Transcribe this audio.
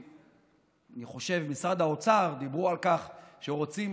אני חושב שבמשרד האוצר דיברו על כך שרוצים